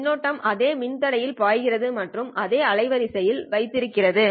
மின்னோட்டம் அதே மின்தடையில் பாய்கிறது மற்றும் அதே அலைவரிசையையும் வைத்திருக்கிறது